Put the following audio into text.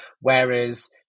whereas